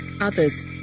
Others